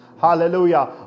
Hallelujah